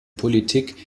politik